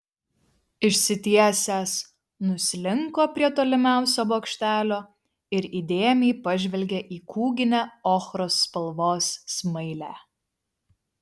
išsitiesęs nuslinko prie tolimiausio bokštelio ir įdėmiai pažvelgė į kūginę ochros spalvos smailę